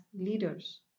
leaders